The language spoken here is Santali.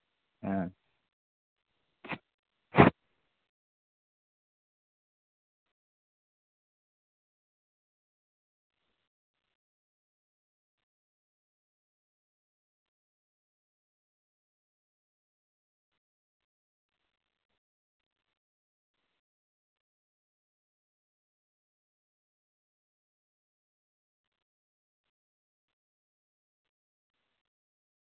ᱦᱮᱸ